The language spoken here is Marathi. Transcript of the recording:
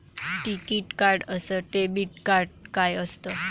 टिकीत कार्ड अस डेबिट कार्ड काय असत?